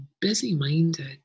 busy-minded